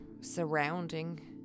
surrounding